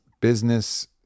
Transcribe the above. business